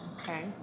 Okay